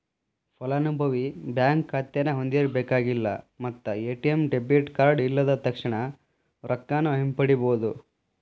ಫಲಾನುಭವಿ ಬ್ಯಾಂಕ್ ಖಾತೆನ ಹೊಂದಿರಬೇಕಾಗಿಲ್ಲ ಮತ್ತ ಎ.ಟಿ.ಎಂ ಡೆಬಿಟ್ ಕಾರ್ಡ್ ಇಲ್ಲದ ತಕ್ಷಣಾ ರೊಕ್ಕಾನ ಹಿಂಪಡಿಬೋದ್